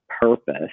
purpose